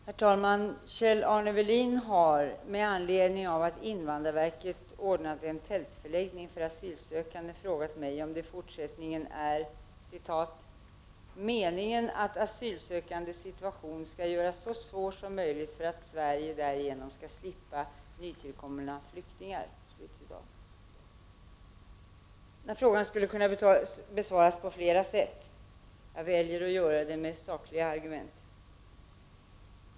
Herr talman! Kjell-Arne Welin har, med anledning av att invandarverket anordnat en tältförläggning för asylsökande, frågat mig om det i fortsättningen är ”meningen att asylsökandes situation skall göras så svår som möjligt för att Sverige därigenom skall slippa nytillkomna flyktingar”. Frågan skulle kunna besvaras på flera sätt. Jag väljer att göra det med sakliga argument.